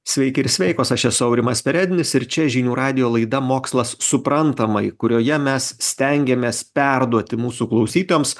sveiki ir sveikos aš esu aurimas perednis ir čia žinių radijo laida mokslas suprantamai kurioje mes stengiamės perduoti mūsų klausytojams